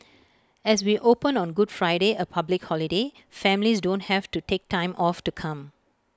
as we open on good Friday A public holiday families don't have to take time off to come